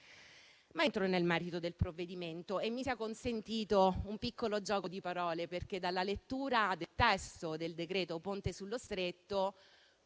Entrando nel merito del provvedimento, mi sia consentito un piccolo gioco di parole, perché dalla lettura del testo del decreto sul Ponte sullo Stretto,